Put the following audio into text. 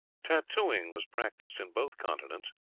tattooing was practised in both continents.